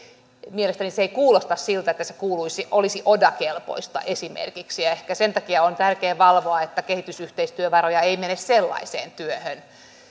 mielestäni se ei kuulosta siltä että se olisi esimerkiksi oda kelpoista ja ehkä sen takia on tärkeää valvoa että kehitysyhteistyövaroja ei mene sellaiseen työhön